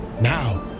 Now